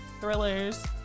thrillers